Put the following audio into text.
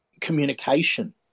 communication